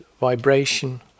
vibration